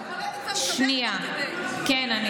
אני קולטת ומשדרת תוך כדי, ברוך השם.